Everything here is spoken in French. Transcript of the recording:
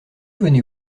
venez